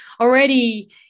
already